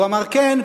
הוא אמר כן,